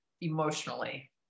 emotionally